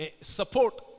support